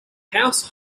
house